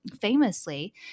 famously